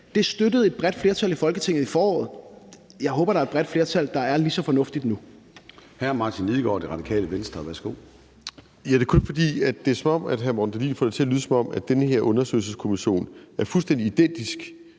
Det støttede et bredt flertal i Folketinget i foråret; jeg håber, at der er et bredt flertal, der er lige så fornuftigt nu.